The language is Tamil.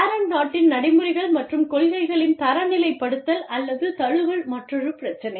பேரண்ட் நாட்டின் நடைமுறைகள் மற்றும் கொள்கைகளின் தரநிலைப்படுத்தல் அல்லது தழுவல் மற்றொரு பிரச்சினை